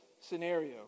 scenario